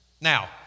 Now